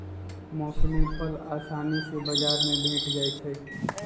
मौसमी फल असानी से बजार में भेंट जाइ छइ